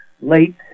late